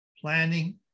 planning